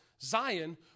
Zion